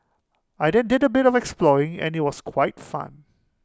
I then did A bit of exploring and IT was quite fun